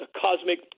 cosmic